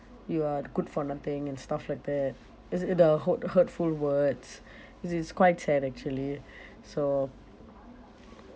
you are good for nothing and stuff like that is i~ the hurt~ hurtful words which is quite sad actually so